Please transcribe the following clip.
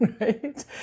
Right